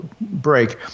break